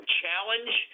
challenge